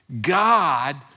God